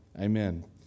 Amen